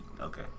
Okay